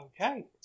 Okay